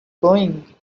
going